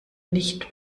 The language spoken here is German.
nicht